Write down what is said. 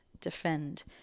defend